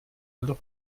alle